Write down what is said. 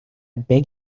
beg